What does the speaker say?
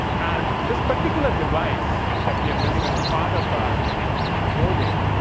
and this particular device. that we are building as part of our clothing.